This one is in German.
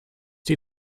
die